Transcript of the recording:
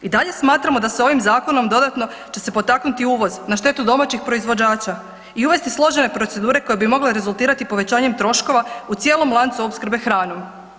I dalje smatramo da se ovim zakonom dodatno će se potaknuti uvoz na štetu domaćih proizvođača i uvesti složene procedure koje bi mogle rezultirati povećanjem troškova u cijelom lancu opskrbe hranom.